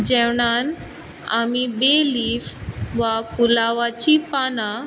जेवणान आमी बे लिफ वा पुलावांची पानां